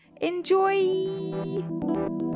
Enjoy